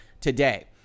today